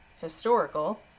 historical